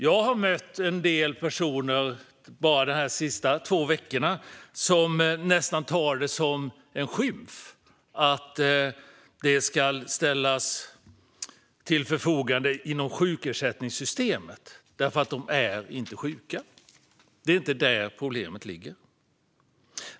Jag har mött en del personer bara de senaste två veckorna som nästan tar det som en skymf att de ska hamna i sjukersättningssystemet eftersom de inte är sjuka. Det är inte där problemet ligger.